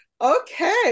Okay